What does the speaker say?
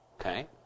Okay